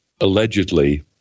allegedly